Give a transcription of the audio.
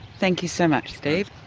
thank you so much, steve.